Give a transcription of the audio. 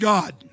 God